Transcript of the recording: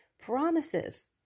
promises